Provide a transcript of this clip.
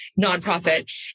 nonprofit